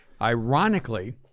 ironically